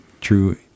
true